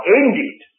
ended